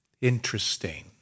Interesting